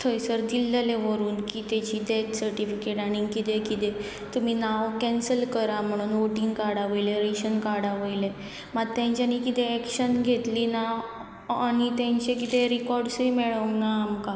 थंयसर दिल्लेलें व्हरून की तेची डॅथ सर्टिफिकेट आनी किदें किदें तुमी नांव कॅन्सल करा म्हणून वोटींग कार्डा वयले रेशन कार्डा वयलें मात तेंच्यांनी किदें एक्शन घेतली ना आनी तेंचे कितें रिकोर्डसूय मेळोंक ना आमकां